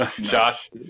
Josh